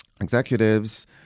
executives